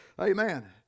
amen